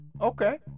okay